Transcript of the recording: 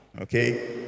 Okay